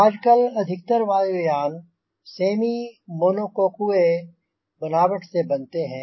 आजकल अधिकतर वायुयान सेमी मोनोकोकुए बनावट से बनते हैं